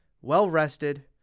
Well-rested